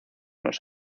los